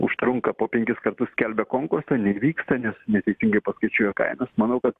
užtrunka po penkis kartus skelbia konkursą neįvyksta nes neteisingai paskaičiuoja kainas manau kad